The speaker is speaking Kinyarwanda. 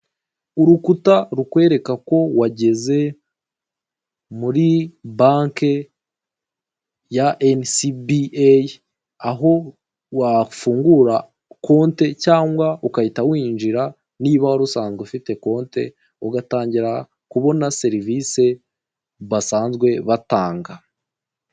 Urukuta rukwereka ko wageze muri banki ya enisibi eyi aho wafungura konti cyangwa ugahita winjira niba wari usanzwe ufite konti ugatangira kubona serivisi basanzwe batanga.